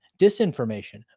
disinformation